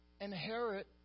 inherit